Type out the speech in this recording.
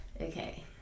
Okay